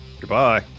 goodbye